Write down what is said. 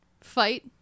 fight